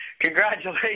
Congratulations